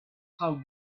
how